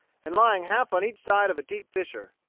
and lying half on each side of a deep fissure.